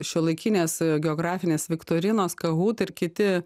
šiuolaikinės e geografinės viktorinos kahut ir kiti